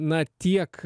na tiek